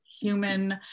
human